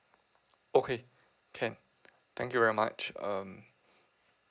okay can thank you very much um